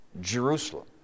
Jerusalem